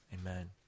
amen